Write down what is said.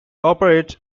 operates